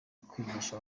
kwigisha